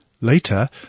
Later